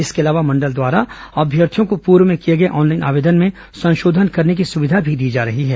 इसके अलावा मंडल द्वारा अभ्यर्थियों को पूर्व में किए गए ऑनलाइन आवेदन में संशोधन करने की सुविधा भी दी जा रही है